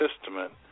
testament